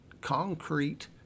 concrete